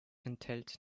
enthält